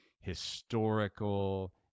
historical